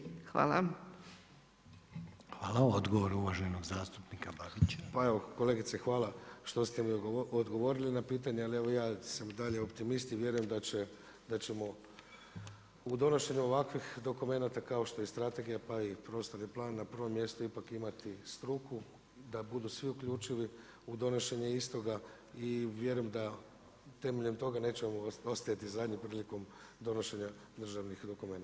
Pa evo kolegice hvala što ste mi odgovorili na pitanje ali evo ja sam i dalje optimist i vjerujem da ćemo u donošenju ovakvih dokumenata kao što je i strategija pa i prostorni plan na prvom mjestu ipak imati struku, da budu svi uključivi u donošenje istoga i vjerujem da temeljem toga nećemo ostajati zadnji prilikom donošenja državnih dokumenata.